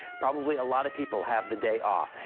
probably a lot of people have the day off.